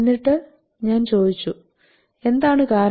എന്നിട്ട് ഞാൻ ചോദിച്ചു എന്താണ് കാരണം